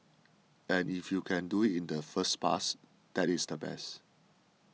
and if you can do it in the first pass that is the best